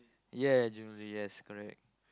yeah jewellery yes correct